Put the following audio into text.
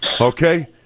Okay